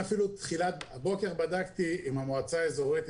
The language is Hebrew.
הבוקר בדקתי עם המועצה האזורית,